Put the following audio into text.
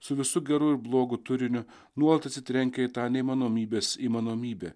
su visu geru ir blogu turiniu nuolat atsitrenkia į tą neįmanomybės įmanomybę